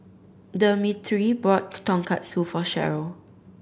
Demetri bought Tonkatsu for Sherryl